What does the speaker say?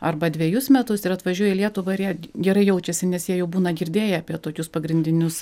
arba dvejus metus ir atvažiuoja į lietuvą ir jie gerai jaučiasi nes jie jau būna girdėję apie tokius pagrindinius